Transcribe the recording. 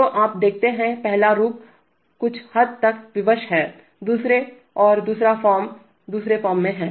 तो आप देखते हैं पहला रूप कुछ हद तक विवश है दूसरी ओर दूसरा फॉर्म दूसरे फॉर्म में है